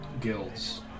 guilds